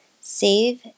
Save